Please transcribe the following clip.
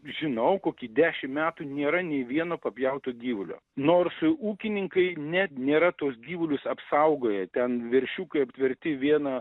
žinau kokį dešim metų nėra nei vieno papjauto gyvulio nors ūkininkai net nėra tuos gyvulius apsaugoję ten veršiukai aptverti viena